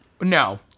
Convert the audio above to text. no